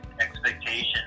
expectation